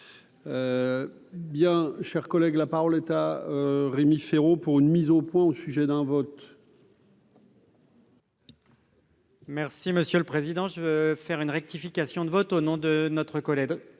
Bien, cher collègue, la parole est à Rémi Féraud, pour une mise au point au sujet d'un vote. Merci monsieur le président je veux faire une rectification de vote au nom de notre collègue